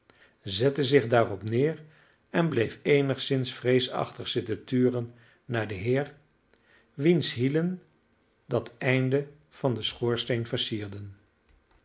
zette zich daarop neer en bleef eenigszins vreesachtig zitten turen naar den heer wiens hielen dat einde van den schoorsteen versierden